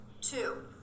Two